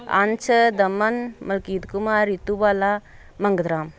Ansh Daman Malkit Kumar Ritu Bala Mangdaram